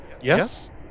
Yes